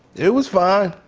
it was fine.